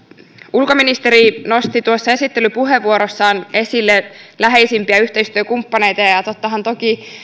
ulkoministeri nosti tuossa esittelypuheenvuorossaan esille läheisimpiä yhteistyökumppaneita ja ja tottahan toki